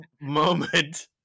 moment